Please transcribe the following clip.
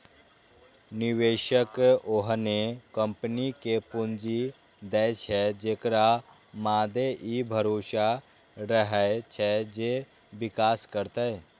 निवेशक ओहने कंपनी कें पूंजी दै छै, जेकरा मादे ई भरोसा रहै छै जे विकास करतै